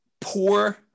poor